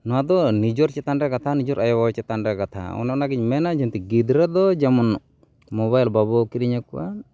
ᱱᱚᱣᱟ ᱫᱚ ᱡᱤᱡᱮᱨ ᱪᱮᱛᱟᱱ ᱨᱮ ᱠᱟᱛᱷᱟ ᱱᱤᱡᱮᱨ ᱟᱭᱳᱼᱵᱟᱵᱟ ᱪᱮᱛᱟᱱ ᱨᱮ ᱠᱟᱛᱷᱟ ᱚᱱ ᱚᱱᱟᱜᱤᱧ ᱢᱮᱱᱟ ᱡᱟᱛᱮ ᱜᱤᱫᱽᱨᱟᱹ ᱫᱚ ᱡᱮᱢᱚᱱ ᱢᱳᱵᱟᱭᱤᱞ ᱵᱟᱵᱚᱱ ᱠᱤᱨᱤᱧ ᱟᱠᱚᱣᱟ